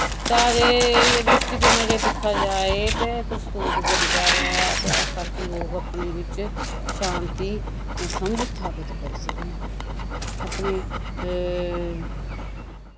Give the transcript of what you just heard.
तां जे एह् द्रिश्टीकोणा च दिक्खेआ जाए ते प्रस्तुत करदा ऐ इतिहास ताकि लोक अपने विच शांति समझ सथापित करी सकन अपने